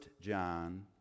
John